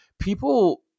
people